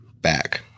back